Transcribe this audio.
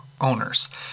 owners